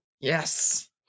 Yes